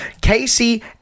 Casey